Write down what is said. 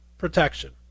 protection